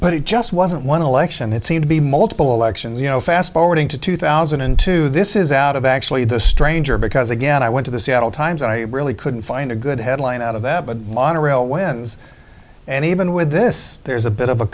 but it just wasn't one election it seemed to be multiple elections you know fast forwarding to two thousand and two this is out of actually the stranger because again i went to the seattle times and i really couldn't find a good headline out of that but a lot of real wins and even with this there's a bit of a